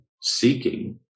seeking